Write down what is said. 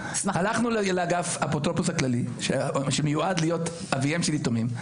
הלכנו לאגף האפוטרופוס הכללי שמיועד להיות אביהם של יתומים.